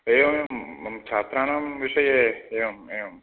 एवमेवं मम छात्राणां विषये एवम् एवम्